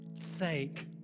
Thank